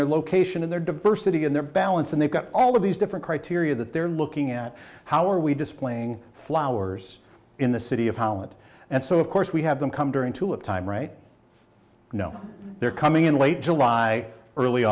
their location and their diversity and their balance and they've got all of these different criteria that they're looking at how are we displaying flowers in the city of holland and so of course we have them come during tulip time right you know they're coming in late july early